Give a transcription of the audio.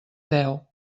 deu